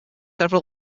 several